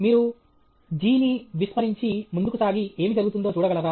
మీరు G ని విస్మరించి ముందుకు సాగి ఏమి జరుగుతుందో చూడగలరా